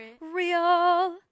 real